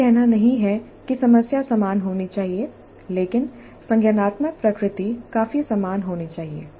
यह कहना नहीं है कि समस्या समान होनी चाहिए लेकिन संज्ञानात्मक प्रकृति काफी समान होनी चाहिए